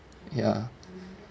ya